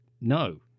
no